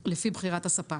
לפי בחירת הספק,